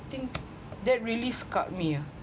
think that really scarred me ah